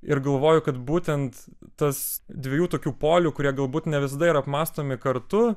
ir galvoju kad būtent tas dviejų tokių polių kurie galbūt ne visada yra apmąstomi kartu